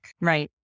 Right